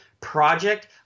project